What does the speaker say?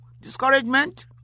Discouragement